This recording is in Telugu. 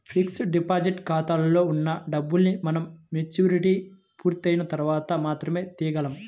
ఫిక్స్డ్ డిపాజిట్ ఖాతాలో ఉన్న డబ్బుల్ని మనం మెచ్యూరిటీ పూర్తయిన తర్వాత మాత్రమే తీయగలం